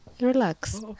Relax